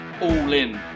all-in